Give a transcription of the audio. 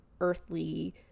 earthly